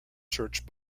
searched